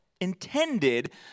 intended